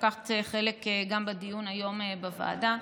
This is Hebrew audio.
שלקחת חלק גם בדיון היום בוועדה.